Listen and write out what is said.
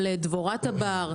על דבורת הבר.